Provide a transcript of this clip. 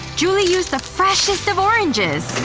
julie used the freshest of oranges!